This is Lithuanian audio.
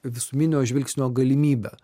visuminio žvilgsnio galimybę